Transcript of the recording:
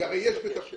כי הרי יש במסגרת